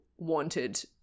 wanted